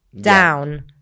down